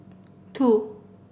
two